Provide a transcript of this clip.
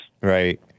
Right